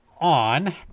on